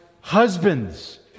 husbands